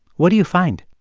what do you find?